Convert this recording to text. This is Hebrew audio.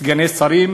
וסגני שרים,